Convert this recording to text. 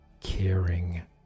caring